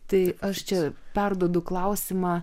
tai aš čia perduodu klausimą